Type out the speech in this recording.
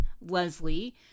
Leslie